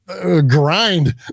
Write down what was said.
grind